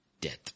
death